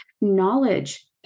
knowledge